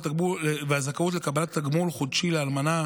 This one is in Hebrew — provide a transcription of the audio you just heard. והזכאות לקבלת תגמול חודשי לאלמנה